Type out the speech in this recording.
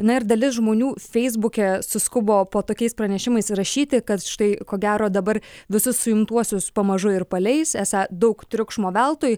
na ir dalis žmonių feisbuke suskubo po tokiais pranešimais įrašyti kad štai ko gero dabar visus suimtuosius pamažu ir paleis esą daug triukšmo veltui